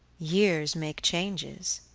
years make changes